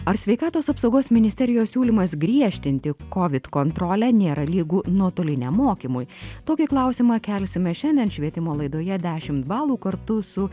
ar sveikatos apsaugos ministerijos siūlymas griežtinti kovid kontrolę nėra lygu nuotoliniam mokymui tokį klausimą kelsime šiandien švietimo laidoje dešimt balų kartu su